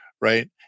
Right